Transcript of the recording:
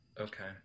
Okay